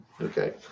Okay